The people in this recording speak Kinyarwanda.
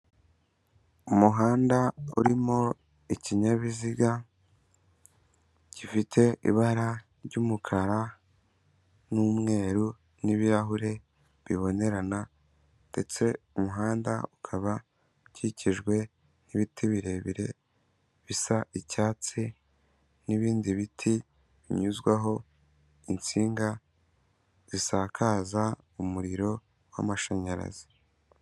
Umuhanda urimo ikinyabiziga gifite ibara ry'umukara n'umweru n'ibirahure bibonerana, ndetse umuhanda ukaba ukikijwe nk'ibiti birebire bisa icyatsi n'ibindi biti binyuzwaho insinga zisakaza umuriro w'amashanyarazi.